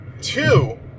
Two